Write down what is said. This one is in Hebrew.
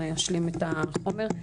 אשלים את החומר.